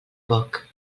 poc